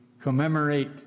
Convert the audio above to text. commemorate